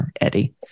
Eddie